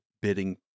bidding